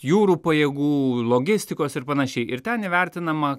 jūrų pajėgų logistikos ir panašiai ir ten įvertinama